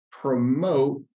promote